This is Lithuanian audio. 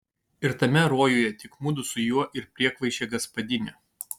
ir tame rojuje tik mudu su juo ir priekvaišė gaspadinė